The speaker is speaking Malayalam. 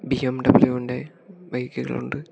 ബി എം ഡബ്ള്യുവിൻ്റെ ബൈക്കുകളുണ്ട്